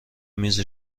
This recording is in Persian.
میز